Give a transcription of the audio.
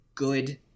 good